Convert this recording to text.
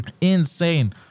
Insane